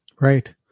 Right